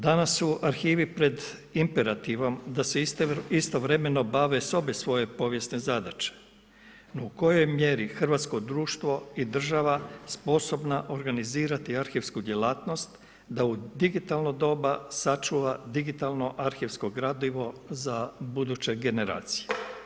Danas su arhivi pred imperativom da se istovremeno bave sa obje svoje povijesne zadaće, u kojoj mjeri hrvatsko društvo i država sposobna organizirati arhivsku djelatnost, da u digitalno doba, sačuva digitalno arhivsko gradivo za buduće generacije.